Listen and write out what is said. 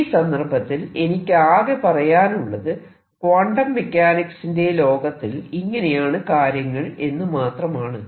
ഈ സന്ദർഭത്തിൽ എനിക്കാകെ പറയാനുള്ളത് ക്വാണ്ടം മെക്കാനിക്സിന്റെ ലോകത്തിൽ ഇങ്ങനെയാണ് കാര്യങ്ങൾ എന്ന് മാത്രമാണ്